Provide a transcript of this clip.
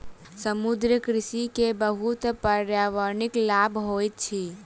समुद्रीय कृषि के बहुत पर्यावरणिक लाभ होइत अछि